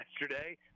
yesterday